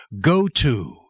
go-to